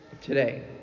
today